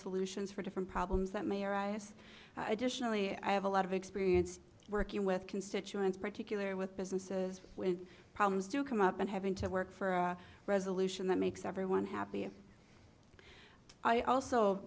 solutions for different problems that may arise i just really i have a lot of experience working with constituents particular with businesses when problems do come up and having to work for a resolution that makes everyone happy i also